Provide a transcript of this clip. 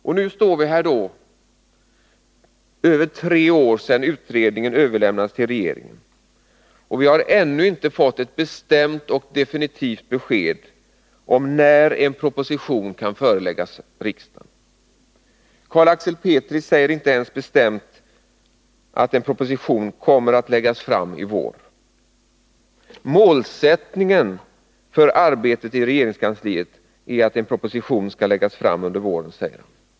Och nu — mer än tre år efter det att utredningen överlämnats till regeringen står vi kvar här och har ännu inte fått ett bestämt och definitivt besked om när en proposition kan föreläggas riksdagen. Carl Axel Petri säger inte ens bestämt att en proposition kommer att läggas fram i vår. Målsättningen för arbetet i regeringskansliet är att en proposition skall läggas fram under våren, säger han.